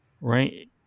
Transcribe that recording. right